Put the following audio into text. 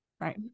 Right